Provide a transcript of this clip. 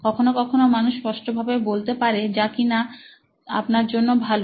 কখনো কখনো মানুষ স্পষ্ট ভাবে বলতে পারে যা কিনা আপনার জন্য ভালো